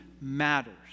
matters